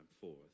forth